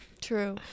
True